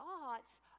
thoughts